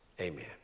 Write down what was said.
Amen